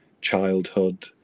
childhood